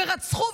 ורצחו,